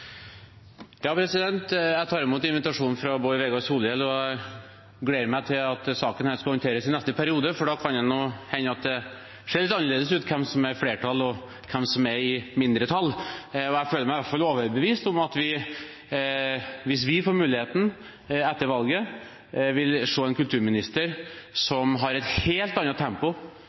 tar imot invitasjonen fra Bård Vegar Solhjell, og jeg gleder meg til at denne saken skal håndteres i neste periode, for da kan det hende det ser litt annerledes ut – hvem som er i flertall og hvem som er i mindretall. Jeg føler meg i hvert fall overbevist om at vi, hvis vi får muligheten etter valget, vil se en kulturminister som har et helt annet tempo